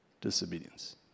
disobedience